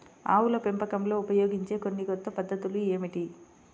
ఆవుల పెంపకంలో ఉపయోగించే కొన్ని కొత్త పద్ధతులు ఏమిటీ?